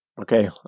Okay